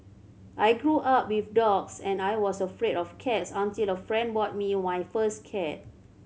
I grew up with dogs and I was afraid of cats until a friend bought me my first cat